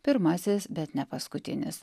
pirmasis bet ne paskutinis